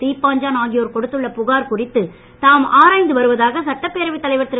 தீப்பாஞ்சான் ஆகியோர் கொடுத்துள்ள புகார் குறித்து தாம் ஆராய்ந்து வருவதாக சட்டப்பேரவைத் தலைவர் திரு